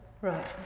Right